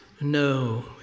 No